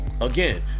Again